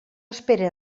espere